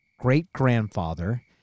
great-grandfather